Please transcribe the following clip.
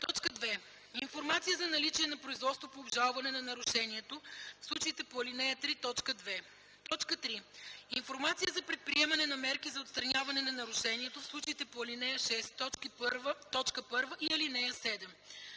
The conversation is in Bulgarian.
т. 1; 2. информация за наличие на производство по обжалване на нарушението – в случаите по ал. 3 т. 2; 3. информация за предприемане на мерки за отстраняване на нарушението – в случаите по ал. 6, т. 1 и ал. 7.